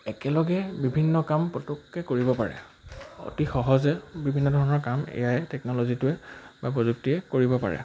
একেলগে বিভিন্ন কাম পটককৈ কৰিব পাৰে অতি সহজে বিভিন্ন ধৰণৰ কাম এ আই টেকন'লজিটোৱে বা প্ৰযুক্তিয়ে কৰিব পাৰে